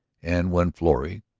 and when florrie,